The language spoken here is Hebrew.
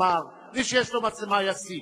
האנשים או מיידעת את האנשים שהמצב הוא כזה?